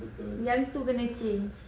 yang tu kena change